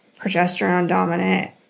progesterone-dominant